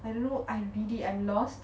I don't know I'm really I'm lost